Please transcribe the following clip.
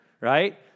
right